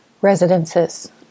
residences